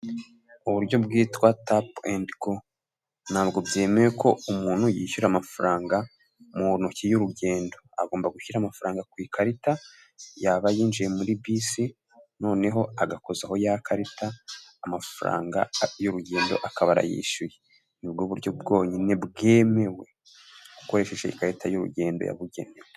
Uburyo bwitwa tap and go. Ntabwo byemewe ko umuntu yishyura amafaranga mu ntoki y'urugendo. Agomba gushyira amafaranga ku ikarita, yaba yinjiye muri bisi noneho agakozaho ya karita, amafaranga y'urugendo akaba arayishyuye. Nibwo buryo bwonyine bwemewe, ukoresheje ikarita y'urugendo yabugenewe.